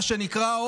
מה שנקרא,